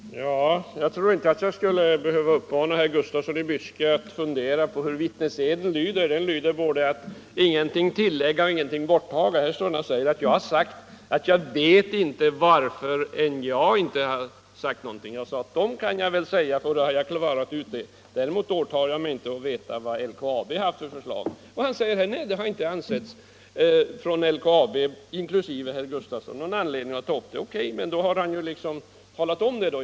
Herr talman! Jag trodde inte att jag skulle behöva be herr Gustafsson i Byske att fundera på hur vittneseden lyder, dvs. att han intet bör tillägga eller förändra. Han påstår att jag har sagt att jag inte vet varför NJA inte har gjort någon begäran. Jag sade att jag kan svara för vad NJA har sagt, medan jag däremot inte vet vilket förslag LKAB haft. Därmed har jag klarat ut den saken. Herr Gustafsson säger att LKAB, inklusive honom själv, inte har funnit anledning att ta upp den här frågan. Därmed har han ju talat om hur det förhåller sig.